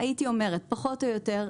פחות או יותר,